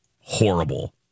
horrible